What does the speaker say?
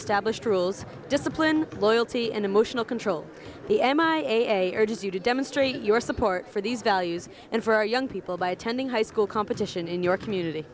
established rules discipline loyalty and emotional control the m i a urges you to demonstrate your support for these values and for our young people by attending high school competition in your community